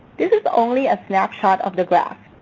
this is only a snapshot of the graph.